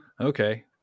Okay